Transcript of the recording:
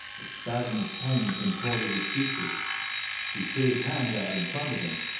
a spasm of pain contorted his features he threw his hands out in front of him,